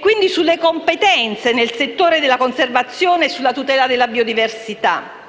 quindi sulle competenze nel settore della conservazione e sulla tutela della biodiversità: